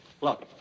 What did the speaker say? Look